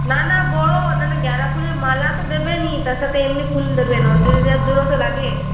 না না বড় না না গেঁদাফুলের মালা তো দেবেনই তার সাথে এমনি ফুল দেবেন অঞ্জলি দেওয়ার জন্যও তো লাগে